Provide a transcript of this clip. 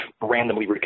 randomly